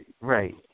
right